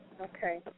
Okay